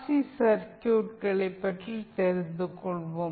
C சர்க்யூட்களை பற்றி தெரிந்துகொள்வோம்